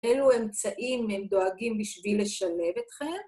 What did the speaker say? אילו אמצעים הם דואגים בשביל לשלב אתכם?